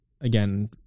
again